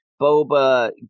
Boba